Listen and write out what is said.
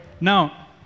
Now